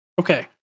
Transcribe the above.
Okay